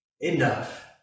enough